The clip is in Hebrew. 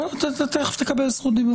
קודם אתה צריך לקבל זכות דיבור.